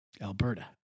Alberta